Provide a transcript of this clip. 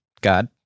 God